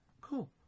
Cool